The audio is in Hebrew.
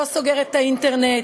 לא סוגר את האינטרנט,